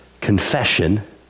confession